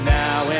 now